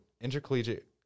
Intercollegiate